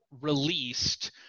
released